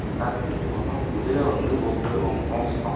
நல்லா தெரிஞ்சுக்கோங்க குதிரை வந்து ஓட்டுறது ரொம்ப கஷ்டம்